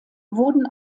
wurden